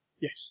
Yes